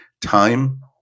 time